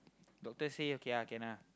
doctor say okay ah can ah